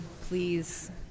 please